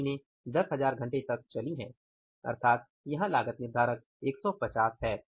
मशीने 10000 घंटे तक चली है अर्थात यहाँ लागत निर्धारक 150 है